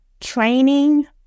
training